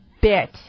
bit